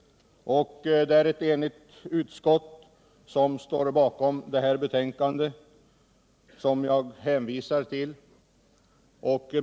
Det är ett enigt utskott som står bakom betänkandet som jag hänvisar till.